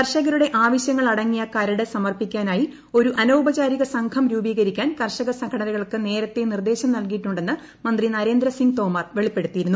കർഷകരുടെ ആവശ്യങ്ങളങ്ങിയ കരട് സമർപ്പിക്കാനായി ഒരു അനൌപചാരിക സംഘം രൂപീകരിക്കാൻ കർഷക് സംഘടനകൾക്ക് നേരത്തെ നിർദ്ദേശം നൽകിയിട്ടുണ്ടെന്ന് മന്ത്രി നരേന്ദ്രസിംഗ് തോമർ വെളിപ്പടുത്തിയിരുന്നു